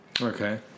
Okay